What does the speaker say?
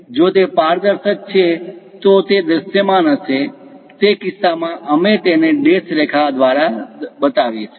જો તે પારદર્શક છે તો તે દૃશ્યમાન હશે તે કિસ્સામાં અમે તેને ડેશ રેખા દ્વારા બતાવીશું